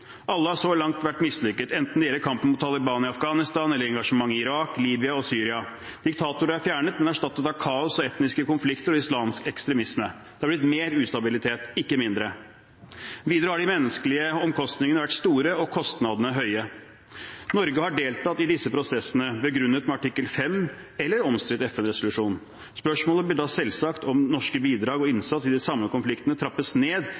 Alle har så langt vært mislykkede, enten det gjelder kampen mot Taliban i Afghanistan eller engasjementet i Irak, Libya og Syria. Diktatorer er fjernet, men er blitt erstattet av kaos og etniske konflikter og islamsk ekstremisme. Det har blitt mer ustabilitet, ikke mindre. Videre har de menneskelige omkostningene vært store og kostnadene høye. Norge har deltatt i disse prosessene, begrunnet med artikkel 5 eller en omstridt FN-resolusjon. Spørsmålet blir da selvsagt om norske bidrag og norsk innsats i de samme konfliktene trappes ned